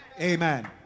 Amen